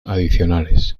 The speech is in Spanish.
adicionales